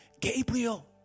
Gabriel